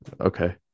Okay